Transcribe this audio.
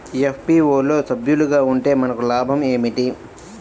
FPO లో సభ్యులుగా ఉంటే మనకు లాభం ఏమిటి?